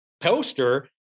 poster